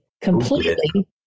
completely